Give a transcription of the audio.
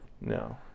No